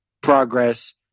progress